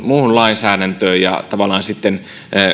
muuhun lainsäädäntöön ja tavallaan sitten